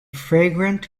fragrant